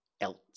else